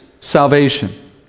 salvation